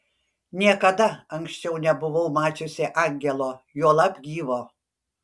niekada anksčiau nebuvau mačiusi angelo juolab gyvo